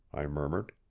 i murmured.